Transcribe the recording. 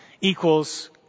equals